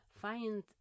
find